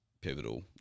pivotal